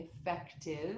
effective